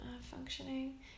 functioning